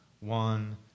one